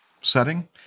setting